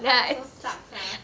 mine also sucks ah